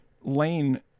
Lane